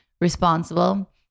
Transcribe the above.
responsible